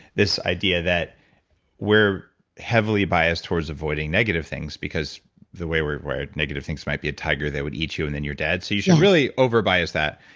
this idea that we're heavily biased towards avoiding negative things because the way we're wired negative things might be a tiger that would eat you and then you're dead. so you should really over bias that,